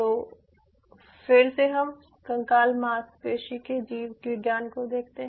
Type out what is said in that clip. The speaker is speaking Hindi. तो फिर से हम कंकाल मांसपेशी के जीव विज्ञान को देखते हैं